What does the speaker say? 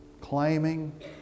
claiming